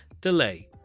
delay